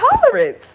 tolerance